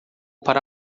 para